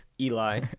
Eli